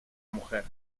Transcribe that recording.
mujer